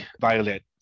Violet